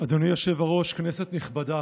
אדוני היושב-ראש, כנסת נכבדה,